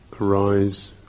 arise